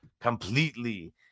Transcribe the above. completely